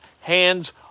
hands